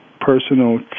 personal